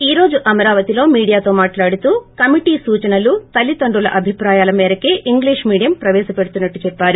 ఈ రోజు అమరావతిలో మీడియాతో మాట్లాడుతూ కమిటీ సూచనలు తల్లిదండ్రుల అభిప్రాయాల మేరకే ఇంగ్లీష్ మీడియం ప్రపేశపెడుతున్నట్లు చెప్పారు